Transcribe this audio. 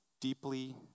deeply